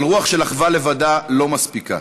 אבל רוח של אחווה לבדה לא מספיקה.